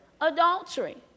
adultery